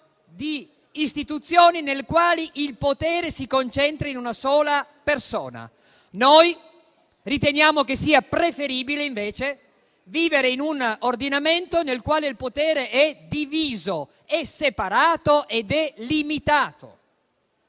di istituzioni nel quale il potere si concentra in una sola persona. Noi riteniamo che sia preferibile invece vivere in un ordinamento nel quale il potere è diviso, separato e limitato.